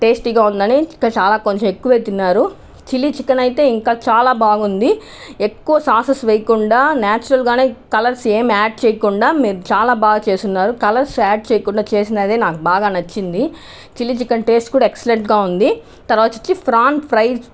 టేస్టీగా ఉందని చాలా కొంచం ఎక్కువే తిన్నారు చిల్లీ చికెన్ అయితే ఇంకా చాలా బాగుంది ఎక్కువ సాసస్ వేయకుండా న్యాచురల్గానే కలర్స్ ఏమీ ఆడ్ చేయకుండా మీరు చాలా బాగా చేసున్నారు కలర్స్ ఆడ్ చేయకుండా చేసారు అదే నాకు బాగా నచ్చింది చిల్లీ చికెన్ టేస్టీ కూడా ఎక్సలంట్గా ఉంది తరువాత వచ్చేసి ప్రాన్ ఫ్రై